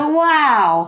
wow